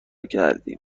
کردیم